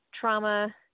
trauma